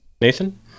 Nathan